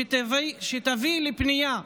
שתביא לפנייה,